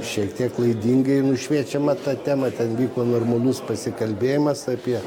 šiek tiek klaidingai nušviečiama ta tema ten vyko normalus pasikalbėjimas apie